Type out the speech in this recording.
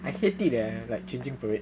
I hate it eh like changing parade